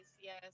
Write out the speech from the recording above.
yes